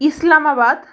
Islamabad